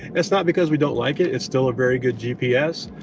it's not because we don't like it, it's still a very good gps,